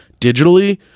digitally